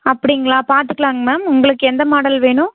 அப்படிங்களா பார்த்துக்கலாங்க மேம் உங்களுக்கு எந்த மாடல் வேணும்